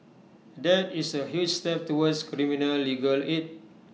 that is A huge step towards criminal legal aid